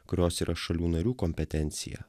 kurios yra šalių narių kompetencija